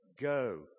go